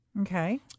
Okay